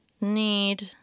need